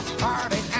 party